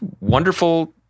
wonderful